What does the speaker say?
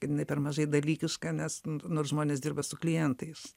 jinai per mažai dalykiška nes nors žmonės dirba su klientais